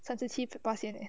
上次七十巴先 eh